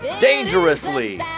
Dangerously